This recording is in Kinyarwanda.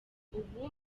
ubu